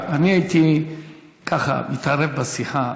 רבי ישראל, אני הייתי מתערב בשיחה.